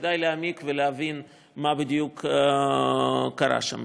כדאי להעמיק ולהבין מה בדיוק קרה שם.